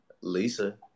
Lisa